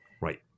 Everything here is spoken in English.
Right